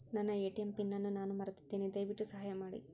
ನನ್ನ ATM PIN ಅನ್ನು ನಾನು ಮರೆತಿದ್ದೇನೆ, ದಯವಿಟ್ಟು ಸಹಾಯ ಮಾಡಿ